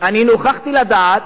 נוכחתי לדעת